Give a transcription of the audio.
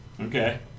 Okay